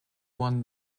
won